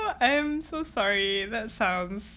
I am so sorry that sounds